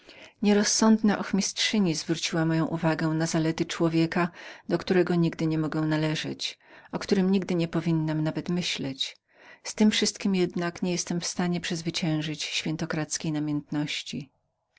dalej mówiła nierozsądna ochmistrzyni zwróciła moją uwagę na zasługi człowieka do którego nigdy nie mogę należeć o którym nigdy nie powinnam myśleć z tem wszystkiem jednak nie jestem w stanie przezwyciężenia świętokradzkiej